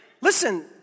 Listen